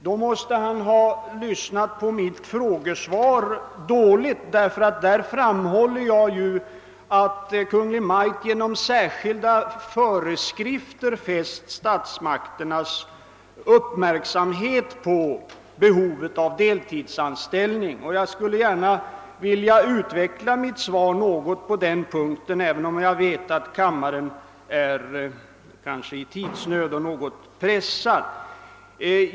Han måste ha lyssnat dåligt på mitt frågesvar, ty i det framhöll jag ju att Kungl. Maj:t genom särskilda föreskrifter fäst myndigheternas uppmärksamhet på behovet av deltidsanställning. Jag skulle gärna vilja utveckla mitt svar något på den punkten, även om jag vet att kammaren kan av tidsskäl just nu känna sig något pressad.